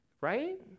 right